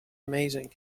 amazing